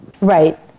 Right